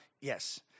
Yes